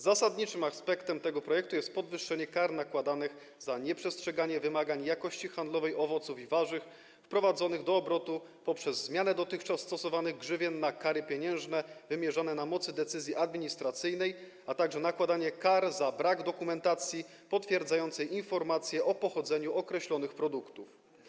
Zasadniczym aspektem tego projektu jest podwyższenie kar nakładanych za nieprzestrzeganie wymagań jakości handlowej owoców i warzyw wprowadzonych do obrotu poprzez zmianę dotychczas stosowanych grzywien na kary pieniężne wymierzone na mocy decyzji administracyjnej, a także nakładanie kar za brak dokumentacji potwierdzającej informację o pochodzeniu określonych produktów.